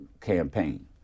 campaign